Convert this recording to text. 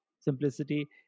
simplicity